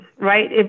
right